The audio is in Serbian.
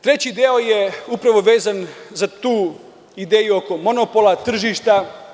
Treći deo je upravo vezan za tu ideju oko monopola, tržišta.